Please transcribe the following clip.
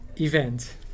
event